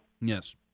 Yes